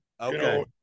Okay